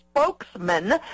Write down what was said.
spokesman